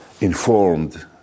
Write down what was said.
informed